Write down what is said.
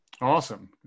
Awesome